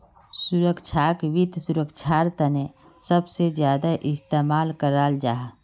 सुरक्षाक वित्त सुरक्षार तने सबसे ज्यादा इस्तेमाल कराल जाहा